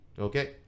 okay